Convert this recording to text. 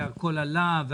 והכול עלה,